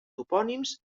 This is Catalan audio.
topònims